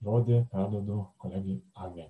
žodį perduodu kolegei agnei